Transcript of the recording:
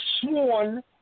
sworn